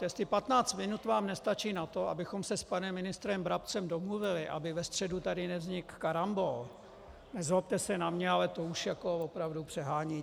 Jestli patnáct minut vám nestačí na to, abychom se s panem ministrem Brabcem domluvili, aby ve středu tady nevznikl karambol, nezlobte se na mě, to už ale opravdu přeháníte.